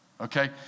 Okay